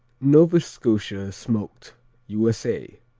nova scotia smoked u s a.